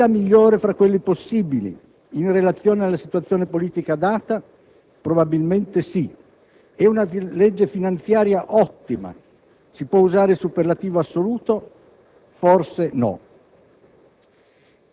È la migliore tra quelle possibili, in relazione alla situazione politica data? Probabilmente sì. È una legge finanziaria ottima, si può usare il superlativo assoluto? Forse no.